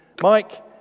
Mike